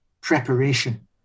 preparation